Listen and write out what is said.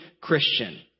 Christian